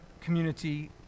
community